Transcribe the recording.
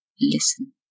listen